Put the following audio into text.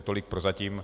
Tolik prozatím.